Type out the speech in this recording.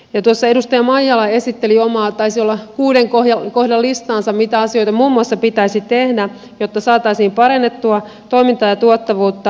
tuossa edustaja maijala esitteli omaa taisi olla kuuden kohdan listaansa mitä asioita muun muassa pitäisi tehdä jotta saataisiin parannettua toimintaa ja tuottavuutta